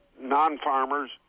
non-farmers